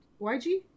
YG